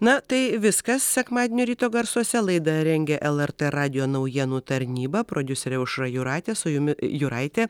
na tai viskas sekmadienio ryto garsuose laidą rengė lrt radijo naujienų tarnyba prodiuserė aušra juratė su jumis juraitė